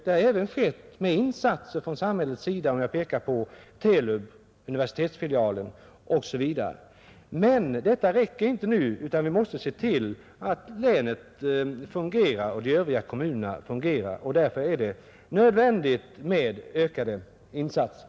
Det har skett genom insatser även från samhället — jag kan peka på TELUB, universitetsfilialen osv. Men det räcker inte utan vi måste också se till att länet och de övriga kommunerna i länet fungerar. Därför är det nödvändigt med ökade insatser.